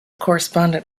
correspondent